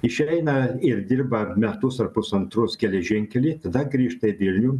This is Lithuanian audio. išeina ir dirba metus ar pusantrus geležinkely tada grįžta į vilnių